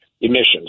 emissions